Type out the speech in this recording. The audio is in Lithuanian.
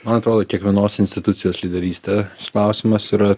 man atrodo kiekvienos institucijos lyderystė klausimas yra